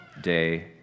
day